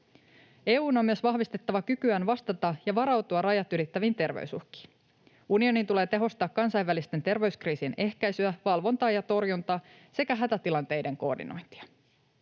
EU:n on myös vahvistettava kykyään vastata ja varautua rajat ylittäviin terveysuhkiin. Unionin tulee tehostaa kansainvälisten terveyskriisien ehkäisyä, valvontaa ja torjuntaa sekä hätätilanteiden koordinointia.